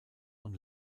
und